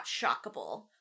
shockable